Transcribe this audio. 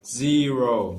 zero